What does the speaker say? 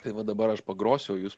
tai va dabar aš pagrosiu o jūs